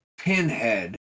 Pinhead